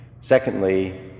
Secondly